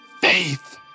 faith